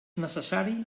necessari